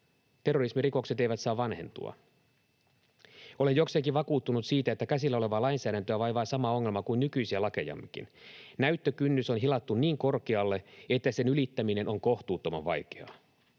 Terrorismirikokset eivät saa vanhentua. Olen jokseenkin vakuuttunut siitä, että käsillä olevaa lainsäädäntöä vaivaa sama ongelma kuin nykyisiä lakejammekin. Näyttökynnys on hilattu niin korkealle, että sen ylittäminen on kohtuuttoman vaikeaa.